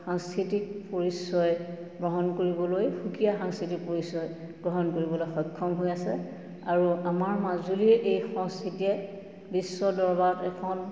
সাংস্কৃতিক পৰিচয় গ্ৰহণ কৰিবলৈ সুকীয়া সাংস্কৃতিক পৰিচয় গ্ৰহণ কৰিবলৈ সক্ষম হৈ আছে আৰু আমাৰ মাজুলীৰ এই সংস্কৃতিয়ে বিশ্ব দৰবাৰত এখন